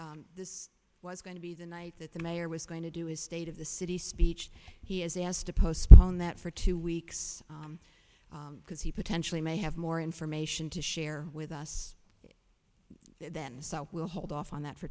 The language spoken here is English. note this was going to be the night that the mayor was going to do his state of the city speech he has asked to postpone that for two weeks because he potentially may have more information to share with us then so we'll hold off on that for